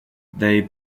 they